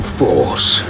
force